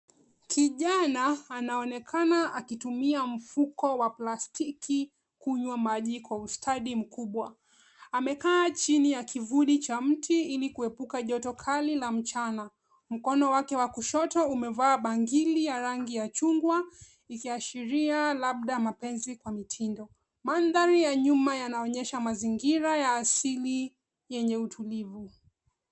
Kijana anaonekana akitumia mfuko wa plastiki kunywa maji kwa ustadi mkubwa. Amekaa chini ya kivuli cha mti ili kuepuka joto kali la mchana. Mkono wake wa kushoto umevaa bangili ya rangi ya chungwa ikiashiria labda mapenzi kwa mitindo. Mandhari ya nyuma yanaonyesha mazingira ya asili yenye utulivu.